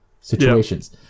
situations